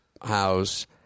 house